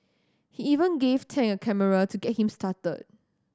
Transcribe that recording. he even gave Tang a camera to get him started